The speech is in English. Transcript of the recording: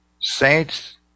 saints